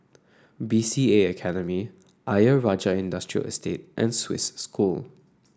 B C A Academy Ayer Rajah Industrial Estate and Swiss School